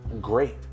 great